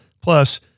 plus